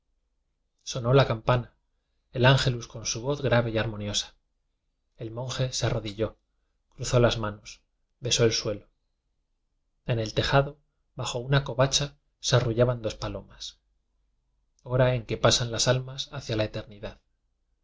sonó la campana el ángelus con su voz grave y armoniosa el monje se arrodi lló cruzó las manos besó al suelo en el tejado bajo una covacha se arrullaban dos palomas hora en que pasan las al mas hacia la eternidad